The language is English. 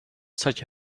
such